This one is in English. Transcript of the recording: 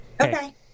Okay